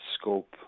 scope